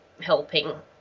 helping